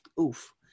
oof